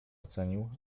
ocenił